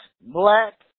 black